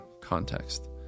context